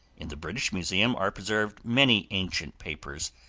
in the british museum are preserved many ancient papers,